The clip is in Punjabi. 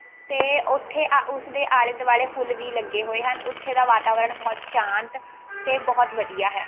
ਅਤੇ ਉੱਥੇ ਉਸਦੇ ਆਲੇ ਦੁਆਲੇ ਫੁੱਲ ਵੀ ਲੱਗੇ ਹੋਏ ਹਨ ਉੱਥੇ ਦਾ ਵਾਤਾਵਰਨ ਬਹੁਤ ਸ਼ਾਂਤ ਅਤੇ ਬਹੁਤ ਵਧੀਆ ਹੈ